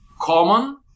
common